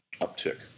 uptick